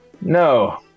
No